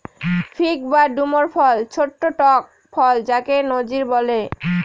fig বা ডুমুর ফল ছোট্ট টক ফল যাকে নজির বলে